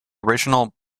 original